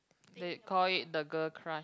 they call it the girl crush